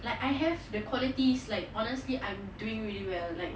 like I have the qualities like honestly I'm doing really well like